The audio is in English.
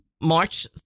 March